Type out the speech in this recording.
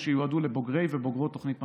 שיועדו לבוגרי ובוגרות תוכנית "משפיעים".